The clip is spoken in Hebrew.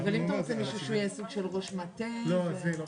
אני נותן לרשות המקומית להחליט לבד.